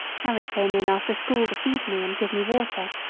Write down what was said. harry came in after school to feed me and give me water.